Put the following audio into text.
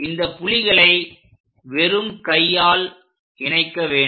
இந்த புள்ளிகளை வெறும் கையால் இணைக்க வேண்டும்